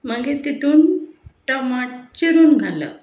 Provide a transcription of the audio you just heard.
मागीर तितून टमाट चिरून घालप